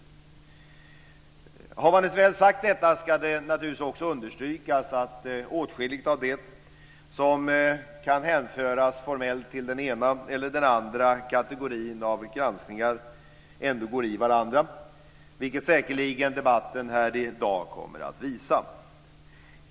Har man väl sagt detta ska det naturligtvis också understrykas att åtskilligt av det som formellt kan hänföras till den ena eller den andra kategorin av granskningar ändå går i varandra, vilket säkerligen debatten här i dag kommer att visa.